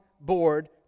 board